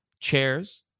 chairs